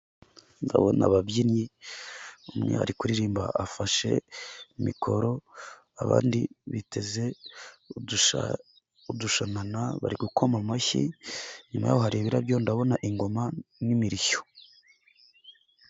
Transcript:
Ndabona ababyinnyi, umwe ari kuririmba afashe mikoro, abandi biteze udushanana bari gukoma amashyi , inyuma yabo hari ibirabyo, ndabona ingoma n'imirishyo .